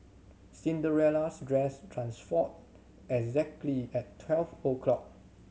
Cinderella's dress transformed exactly at twelve o'clock